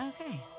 Okay